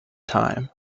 time